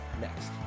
next